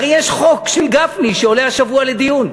הרי יש חוק של גפני שעולה השבוע לדיון.